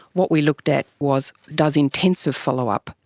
what we looked at was does intensive follow-up,